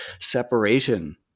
separation